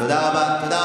תודה רבה.